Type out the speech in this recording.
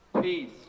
Peace